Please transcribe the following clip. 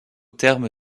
terme